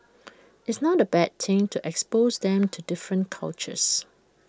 it's not A bad thing to expose them to different cultures